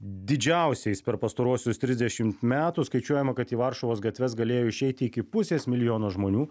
didžiausiais per pastaruosius trisdešimt metų skaičiuojama kad į varšuvos gatves galėjo išeiti iki pusės milijono žmonių